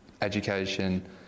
education